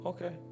Okay